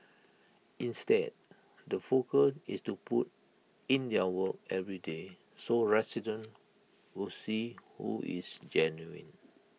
instead the focus is to put in their work every day so residents will see who is genuine